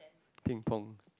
Ping-Pong